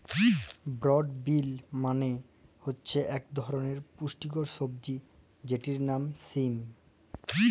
বরড বিল মালে হছে ইক ধরলের পুস্টিকর সবজি যেটর লাম সিম